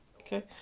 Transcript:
Okay